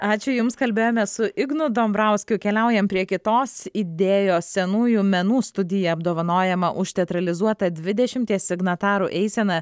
ačiū jums kalbėjome su ignu dombrauskiu keliaujam prie kitos idėjos senųjų menų studija apdovanojama už teatralizuotą dvidešimties signatarų eiseną